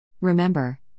Remember